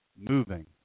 moving